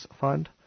fund